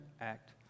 act